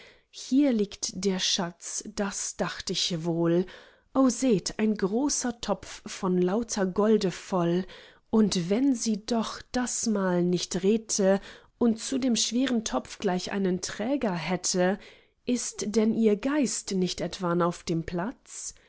hier liegt der schatz das dacht ich wohl o seht ein großer topf von lauter golde voll o wenn sie doch dasmal nicht redte und zu dem schweren topf gleich einen träger hätte ist denn ihr geist nicht etwan auf dem platz